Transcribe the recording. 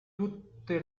tutte